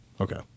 Okay